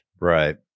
Right